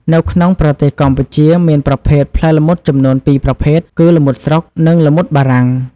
នៅក្នុងប្រទេសកម្ពុជាមានប្រភេទផ្លែល្មុតចំនួន ពីរប្រភេទ គឺ ល្មុតស្រុក និង ល្មុតបារាំង។